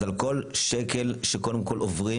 אז על כל שקל שקודם כל עוברים,